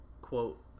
quote